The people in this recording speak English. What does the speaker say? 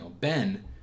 Ben